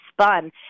spun